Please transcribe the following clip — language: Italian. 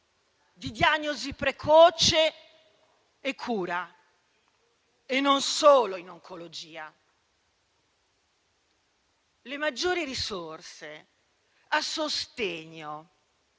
di diagnosi precoce e cura, e non solo in oncologia. Le maggiori risorse a sostegno